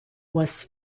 was